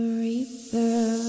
reaper